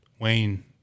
Wayne